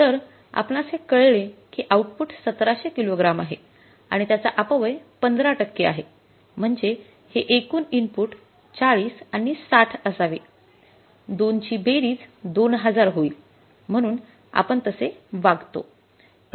तर आपणास हे कळले की आउटपुट १७०० किलोग्रॅम आहे आणि त्याचा अपव्यय १५ टक्के आहे म्हणजे एकूण इनपुट ४० आणि ६० असावे दोनची बेरीज २००० होईल म्हणून आपण तसे वागतो